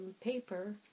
paper